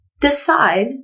decide